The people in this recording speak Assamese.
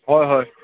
হয় হয়